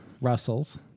Russells